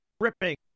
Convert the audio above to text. ripping